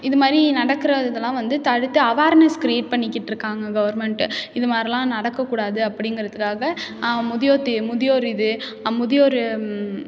இது மாதிரி நடக்கிற இதெல்லாம் வந்து தடுத்து அவார்னஸ் க்ரியேட் பண்ணிக்கிட்டிருக்காங்க கவர்மெண்ட்டு இது மாதிரில்லாம் நடக்கக்கூடாது அப்படிங்கறதுக்காக முதியோர் தி முதியோர் இது முதியோர்